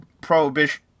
prohibition